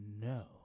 no